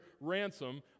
ransom